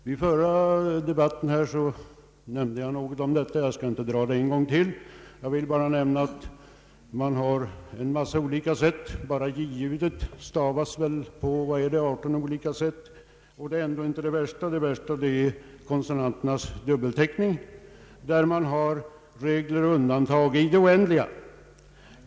Vid förra debatten i denna fråga nämnde jag någonting om detta, och jag skall inte dra det en gång till. Jag vill bara nämna att j-ljudet stavas på 18 olika sätt, och det är ändå inte det värsta. Det värsta är konsonanternas dubbelteckning där det finns regler och undantag i det oändliga.